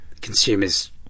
consumers